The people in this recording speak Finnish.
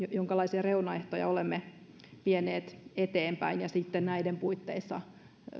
jonkalaisia reunaehtoja olemme vieneet eteenpäin ja sitten näiden puitteissa